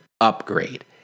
upgrade